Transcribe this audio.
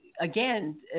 again